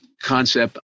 concept